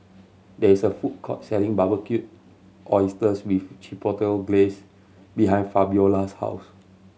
there is a food court selling Barbecued Oysters with Chipotle Glaze behind Fabiola's house